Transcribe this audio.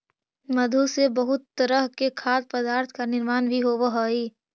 मधु से बहुत तरह के खाद्य पदार्थ का निर्माण भी होवअ हई